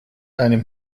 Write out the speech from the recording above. einem